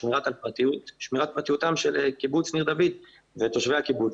שמירת הפרטיות של קיבוץ ניר דוד ותושבי הקיבוץ.